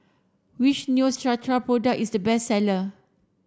which Neostrata product is the best seller